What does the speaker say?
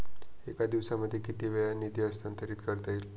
एका दिवसामध्ये किती वेळा निधी हस्तांतरीत करता येईल?